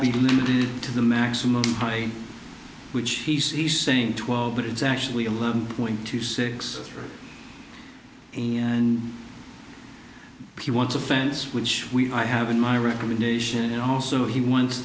be limited to the maximum by which he sees saying twelve but it's actually eleven point two six in he wants a fence which i have in my recommendation also he wants